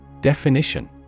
Definition